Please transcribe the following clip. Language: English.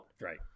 Right